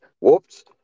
whoops